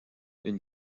une